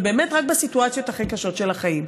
ובאמת רק בסיטואציות הכי קשות של החיים.